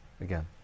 again